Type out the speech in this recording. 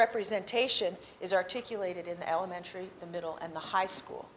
representation is articulated in the elementary the middle and the high school